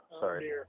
sorry